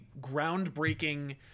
groundbreaking